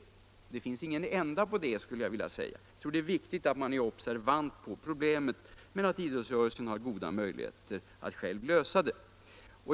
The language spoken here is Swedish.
Det finns ingen ände på detta, skulle jag vilja säga. Jag tror att det är viktigt att man är observant på problemet men att idrottsrörelsen har goda möjligheter att själv lösa det.